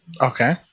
Okay